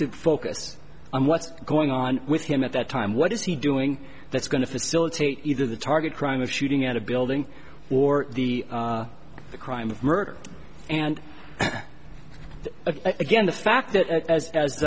to focus on what's going on with him at that time what is he doing that's going to facilitate either the target crime of shooting at a building or the crime of murder and again the fact that